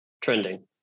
Trending